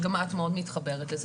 שגם את מאוד מתחברת לזה.